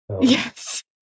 Yes